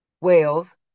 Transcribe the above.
Wales